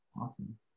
Awesome